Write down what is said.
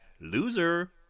Loser